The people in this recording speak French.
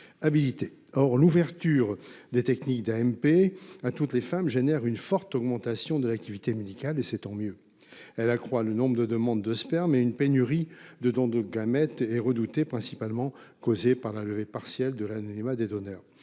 Or l'ouverture des techniques d'AMP à toutes les femmes génère une forte augmentation de l'activité médicale et c'est tant mieux, elle accroît le nombre de demandes de sperme et une pénurie de don de gamètes et redouté principalement causée par la levée partielle de l'anonymat des donneurs